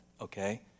okay